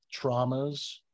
traumas